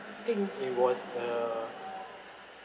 think it was a